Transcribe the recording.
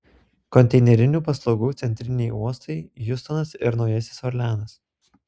konteinerinių paslaugų centriniai uostai hjustonas ir naujasis orleanas